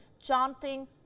chanting